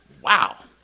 wow